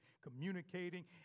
communicating